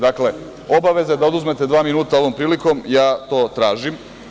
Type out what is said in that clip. Dakle, obaveza je da oduzmete dva minuta ovom prilikom i to tražim.